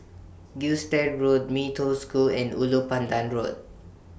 Gilstead Road Mee Toh School and Ulu Pandan Road